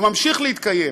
הוא ממשיך להתקיים